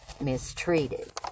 mistreated